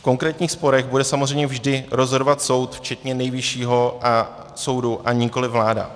V konkrétních sporech bude samozřejmě vždy rozhodovat soud včetně Nejvyššího soudu, a nikoliv vláda.